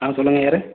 ஆ சொல்லுங்கள் யார்